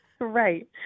Right